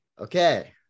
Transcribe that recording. Okay